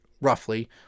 roughly